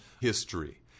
history